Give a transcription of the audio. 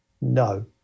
no